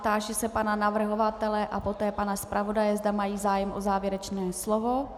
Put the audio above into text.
Táži se pana navrhovatele a poté pana zpravodaje, zda mají zájem o závěrečné slovo.